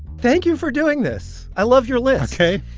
thank you for doing this. i love your list ok.